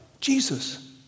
Jesus